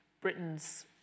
Britain's